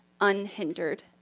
unhindered